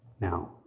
Now